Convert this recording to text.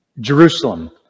Jerusalem